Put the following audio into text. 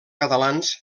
catalans